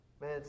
Man